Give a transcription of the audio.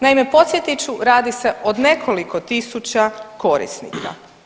Naime podsjetit ću, radi se o nekoliko tisuća korisnika.